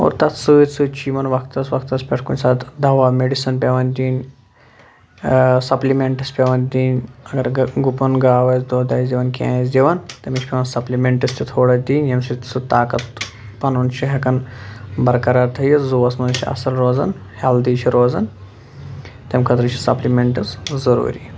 اور تتھ سۭتۍ سۭتۍ چھِ یِمن وقتس وقتس پٮ۪ٹھ کُنہِ ساتہٕ دوا میڈسن پیٚوان دِنۍ سپلمینٹٕس پٮ۪وان دِنۍ اگر گُپن گاو آسہِ دۄد آسہِ دِوان کینٛہہ آسہِ دِوان تٔمِس چھ پٮ۪وان سپلمینٹٕس تہِ تھوڑا دِنۍ ییٚمہِ سۭتۍ سُہ طاقت پنُن چھِ ہٮ۪کان برقرار تھٲیِتھ زُوس منٛز چھ اثر روزان ہٮ۪لدی چھِ روزان تمہِ خٲطرٕ چھِ سپلمینٹٕس ضروٗری